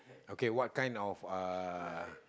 okay what kind of uh